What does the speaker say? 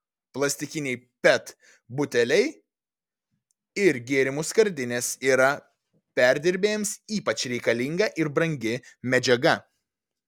plastikiniai pet buteliai ir gėrimų skardinės yra perdirbėjams ypač reikalinga ir brangi medžiaga